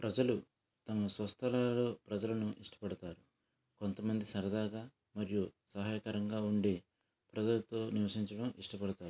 ప్రజలు తమ స్వస్థలాలలో ప్రజలను ఇష్టపడతారు కొంతమంది సరదాగా మరియు సహాయకరంగా ఉండి ప్రజలతో నివసించడం ఇష్టపడతారు